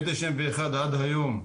מ-1991 ועד היום,